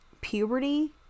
puberty